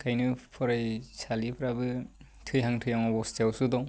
ओंखायनो फरायसालिफ्राबो थैहां थैहां अब'स्थायावसो दं